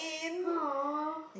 !huh!